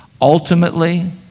Ultimately